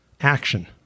action